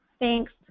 Thanks